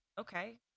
okay